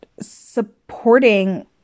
supporting